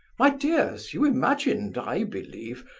my dears, you imagined, i believe,